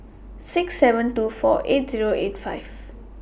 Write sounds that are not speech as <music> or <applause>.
<noise> six seven two four eight Zero eight five